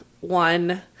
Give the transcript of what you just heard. One